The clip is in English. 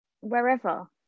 wherever